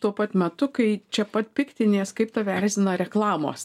tuo pat metu kai čia pat piktinies kaip tave erzina reklamos